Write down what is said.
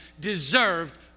deserved